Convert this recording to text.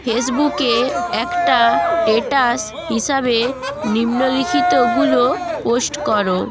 ফেসবুকে একটা স্টেটাস হিসাবে নিম্নলিখিতগুলো পোস্ট কর